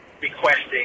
requesting